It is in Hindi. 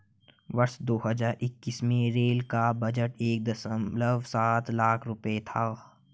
वर्ष दो हज़ार इक्कीस में रेलवे का बजट एक दशमलव सात लाख रूपये था